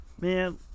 Man